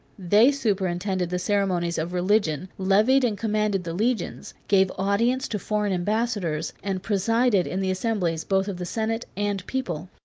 they superintended the ceremonies of religion, levied and commanded the legions, gave audience to foreign ambassadors, and presided in the assemblies both of the senate and people.